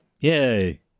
Yay